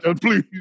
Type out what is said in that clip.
please